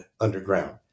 underground